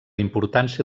importància